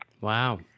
Wow